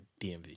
DMV